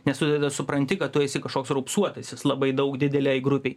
nes tu tada supranti kad tu esi kažkoks raupsuotasis labai daug didelei grupei